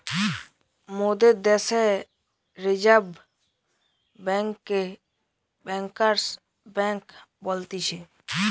মোদের দ্যাশে রিজার্ভ বেঙ্ককে ব্যাঙ্কার্স বেঙ্ক বলতিছে